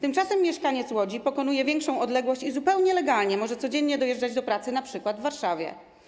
Tymczasem mieszkaniec Łodzi pokonuje większą odległość i zupełnie legalnie może codziennie dojeżdżać do pracy, np. w Warszawie.